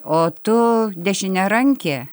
o tu dešiniarankė